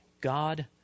God